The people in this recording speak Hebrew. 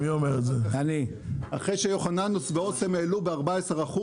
אחרי שיוחננוף ואסם העלו ב-14%.